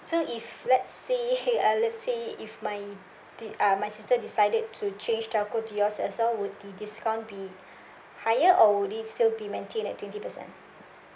so if let's say uh let's say if my de~ uh my sister decided to change telco to yours as well would the discount be higher or would it still be maintain at twenty percent